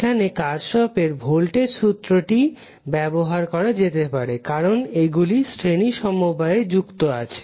এখানে কার্শফের ভোল্টেজ সূত্রটি Kirchhoff's Voltage law ব্যবহার করা যেতে পারে কারণ এগুলি শ্রেণী তে যুক্ত আছে